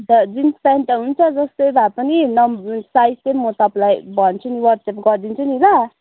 अन्त jeans pant त हुन्छ जस्तै भए पनि नम साइज चाहिँ म तपाईँलाई भन्छु नि वाट्सएप गरिदिन्छु नि ल